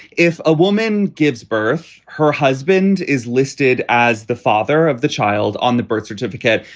if a woman gives birth, her husband is listed as the father of the child on the birth certificate,